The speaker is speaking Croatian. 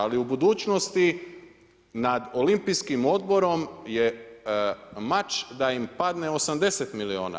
Ali u budućnosti nad Olimpijskim odborom je mač da im padne 80 milijuna.